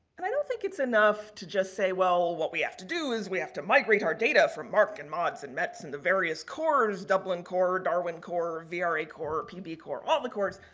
and i don't think it's enough to just say well what we have to do is we have to migrate our data from marc and mods and mets and the various cores, dublin core, darwin core, vra core, pb core, all the cores.